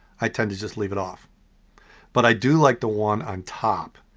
i tend to just leave it off but i do like the one on top.